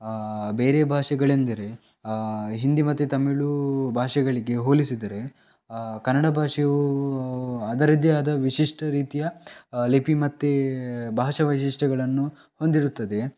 ಬೇರೆ ಭಾಷೆಗಳೆಂದರೆ ಹಿಂದಿ ಮತ್ತು ತಮಿಳು ಭಾಷೆಗಳಿಗೆ ಹೋಲಿಸಿದರೆ ಕನ್ನಡ ಭಾಷೆಯೂ ಅದರದ್ದೇ ಆದ ವಿಶಿಷ್ಟ ರೀತಿಯ ಲಿಪಿ ಮತ್ತು ಭಾಷಾ ವೈಶಿಷ್ಟ್ಯಗಳನ್ನು ಹೊಂದಿರುತ್ತದೆ